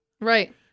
Right